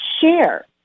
share